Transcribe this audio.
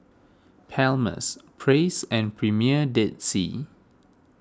Palmer's Praise and Premier Dead Sea